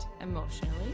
emotionally